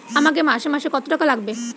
আমাকে মাসে মাসে কত টাকা লাগবে?